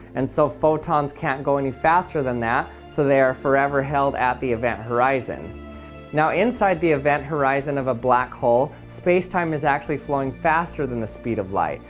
and so photons can't go any faster than that, so they're forever held at the event horizon now inside the event horizon of a black hole space-time is actually flowing faster than the speed of light,